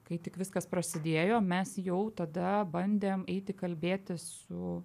kai tik viskas prasidėjo mes jau tada bandėm eiti kalbėtis su